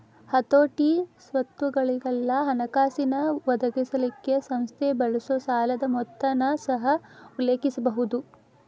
ಹತೋಟಿ, ಸ್ವತ್ತುಗೊಳಿಗೆಲ್ಲಾ ಹಣಕಾಸಿನ್ ಒದಗಿಸಲಿಕ್ಕೆ ಸಂಸ್ಥೆ ಬಳಸೊ ಸಾಲದ್ ಮೊತ್ತನ ಸಹ ಉಲ್ಲೇಖಿಸಬಹುದು